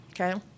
okay